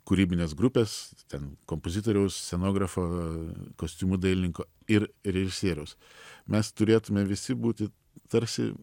kūrybinės grupės ten kompozitoriaus scenografo kostiumų dailininko ir režisieriaus mes turėtume visi būti tarsi